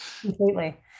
Completely